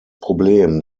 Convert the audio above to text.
problem